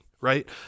right